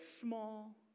small